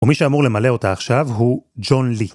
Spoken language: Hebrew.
ומי שאמור למלא אותה עכשיו הוא ג'ון לי.